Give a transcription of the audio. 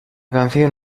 canción